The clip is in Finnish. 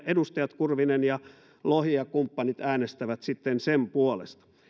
edustajat kurvinen ja lohi ja kumppanit äänestävät sitten sen puolesta